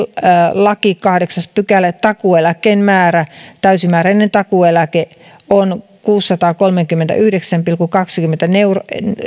laki kahdeksas pykälä takuueläkkeen määrä täysimääräinen takuueläke on kuusisataakolmekymmentäyhdeksän pilkku kaksikymmentäneljä